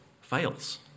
Fails